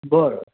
बरं